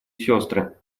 сестры